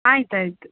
ಆಯ್ತು ಆಯಿತು